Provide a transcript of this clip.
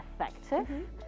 effective